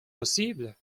possible